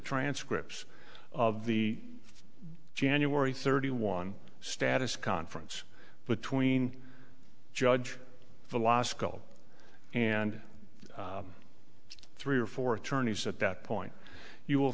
transcripts of the january thirty one status conference between judge the law skull and three or four attorneys at that point you will